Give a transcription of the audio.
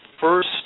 first